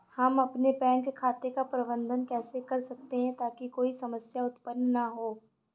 हम अपने बैंक खाते का प्रबंधन कैसे कर सकते हैं ताकि कोई समस्या उत्पन्न न हो?